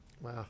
Wow